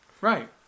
Right